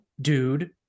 dude